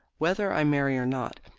whether i marry or not,